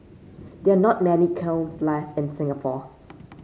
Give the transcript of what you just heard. there not many kilns left in Singapore